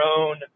own